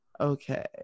okay